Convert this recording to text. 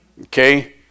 Okay